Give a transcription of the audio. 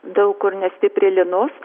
daug kur nestipriai lynos